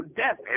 death